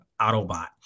Autobot